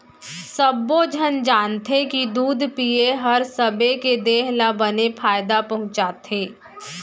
सब्बो झन जानथें कि दूद पिए हर सबे के देह ल बने फायदा पहुँचाथे